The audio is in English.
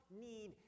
need